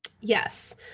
Yes